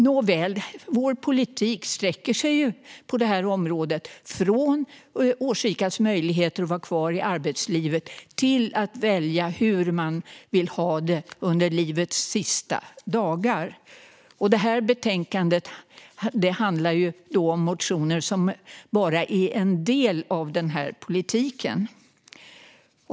Nåväl, vår politik inom området sträcker sig från årsrikas möjligheter att vara kvar i arbetslivet till att välja hur man vill ha det under livets sista dagar. Betänkandet innehåller motioner som bara är en del av denna politik.